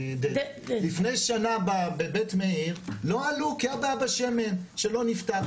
לפני שנה בבית מאיר לא עלו כי הייתה בעיה בשמן שלא נפתח.